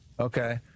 Okay